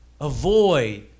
avoid